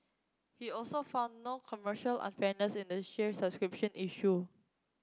he also found no commercial unfairness in the share subscription issue